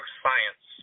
science